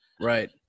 Right